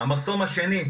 המחסום השני,